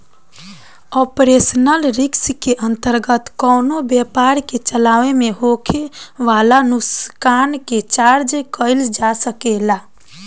operational risk के अंतर्गत कवनो व्यपार के चलावे में होखे वाला नुकसान के चर्चा कईल जा सकेला